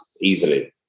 easily